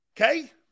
Okay